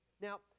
Now